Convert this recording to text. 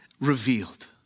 revealed